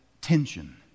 tension